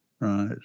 Right